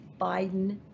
Biden